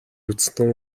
үзсэн